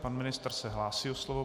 Pan ministr se hlásí o slovo.